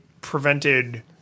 prevented